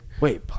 Wait